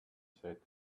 said